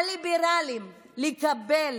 הליברלים, לקבל